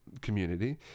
community